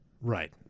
Right